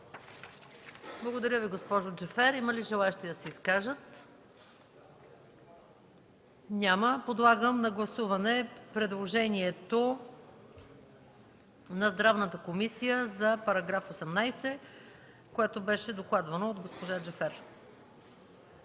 Благодаря Ви, госпожо Джафер. Има ли желаещи да се изкажат? Няма. Подлагам на гласуване предложението на Здравната комисия за § 18, което беше докладвано от госпожа Джафер.